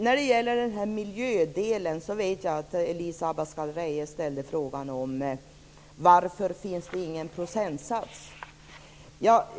När det gäller miljödelen vet jag att Elisa Abascal Reyes ställde frågan varför det inte finns någon procentsats för koldioxiden.